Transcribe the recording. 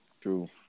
True